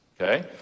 okay